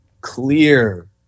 clear